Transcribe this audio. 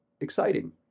exciting